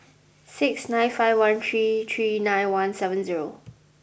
six nine five one three three nine one seven zero